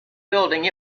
building